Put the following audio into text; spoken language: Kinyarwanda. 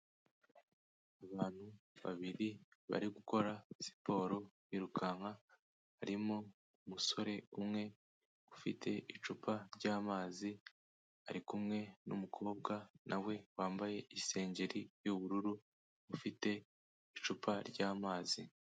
Abantu babiri bari gukora siporo yirukanka, harimo umusore umwe ufite icupa ry'amazi, ari kumwe n'umukobwa nawe wambaye isengeri y'ubururu ufite icupa ry'amazi.